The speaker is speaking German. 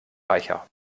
reicher